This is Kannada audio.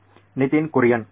ನಿತಿನ್ ಕುರಿಯನ್ ಹೌದು